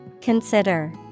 Consider